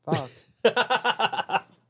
Fuck